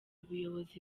ubuyobozi